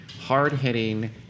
hard-hitting